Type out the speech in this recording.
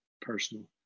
personal